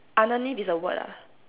underneath is a word ah